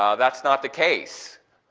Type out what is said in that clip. um that's not the case.